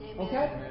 Okay